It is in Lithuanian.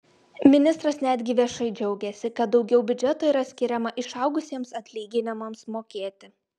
ministras netgi viešai džiaugėsi kad daugiau biudžeto yra skiriama išaugusiems atlyginimams mokėti